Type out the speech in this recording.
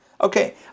Okay